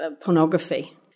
pornography